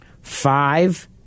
five